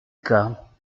cas